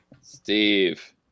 steve